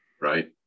Right